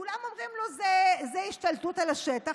כולם אומרים לו: זה השתלטות על השטח,